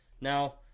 Now